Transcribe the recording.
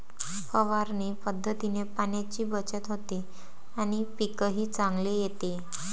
फवारणी पद्धतीने पाण्याची बचत होते आणि पीकही चांगले येते